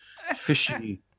fishy